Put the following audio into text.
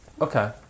Okay